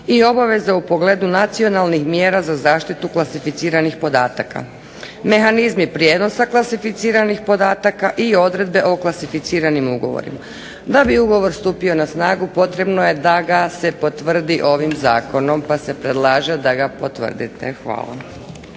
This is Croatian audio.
i obaveze u pogledu nacionalnih mjera za zaštitu klasificiranih podataka. Mehanizmi prijenosa klasificiranih podataka i odredbe o klasificiranim ugovorima. Da bi ugovor stupio na snagu potrebno je da ga se potvrdi ovim zakonom pa se predlaže da ga se potvrdite. Hvala.